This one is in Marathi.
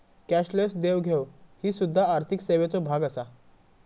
कॅशलेस देवघेव ही सुध्दा आर्थिक सेवेचो भाग आसा